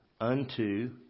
unto